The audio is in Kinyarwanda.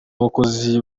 abakozi